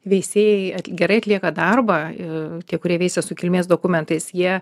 veisėjai gerai atlieka darbą tie kurie veisia su kilmės dokumentais jie